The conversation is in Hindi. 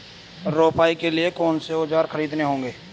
रोपाई के लिए कौन से औज़ार खरीदने होंगे?